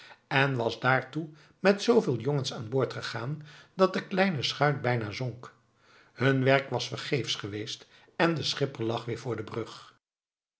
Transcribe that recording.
en was daartoe met zooveel jongens aanboord gegaan dat de kleine schuit bijna zonk hun werk was vergeefsch geweest en de schipper lag weer voor de brug